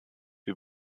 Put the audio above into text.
wir